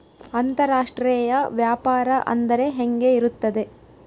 ಅಂತರಾಷ್ಟ್ರೇಯ ವ್ಯಾಪಾರ ಅಂದರೆ ಹೆಂಗೆ ಇರುತ್ತದೆ?